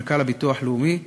מנכ"ל הביטוח הלאומי,